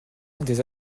des